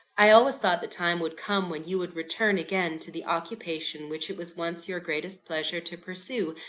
i always thought the time would come, when you would return again to the occupation which it was once your greatest pleasure to pursue,